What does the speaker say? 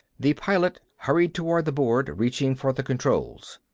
the pilot hurried toward the board, reaching for the controls.